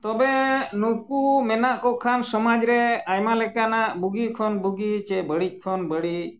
ᱛᱚᱵᱮ ᱱᱩᱠᱩ ᱢᱮᱱᱟᱜ ᱠᱚ ᱠᱷᱟᱱ ᱥᱚᱢᱟᱡᱽ ᱨᱮ ᱟᱭᱢᱟ ᱞᱮᱠᱟᱱᱟᱜ ᱵᱩᱜᱤ ᱠᱷᱚᱱ ᱵᱩᱜᱤ ᱥᱮ ᱵᱟᱹᱲᱤᱡ ᱠᱷᱚᱱ ᱵᱟᱹᱲᱤᱡ